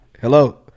Hello